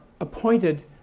appointed